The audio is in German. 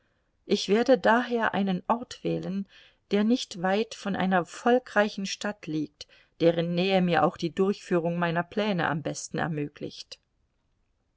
ich werde daher einen ort wählen der nicht weit von einer volkreichen stadt liegt deren nähe mir auch die durchführung meiner pläne am besten ermöglicht